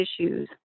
issues